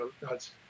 God's